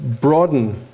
broaden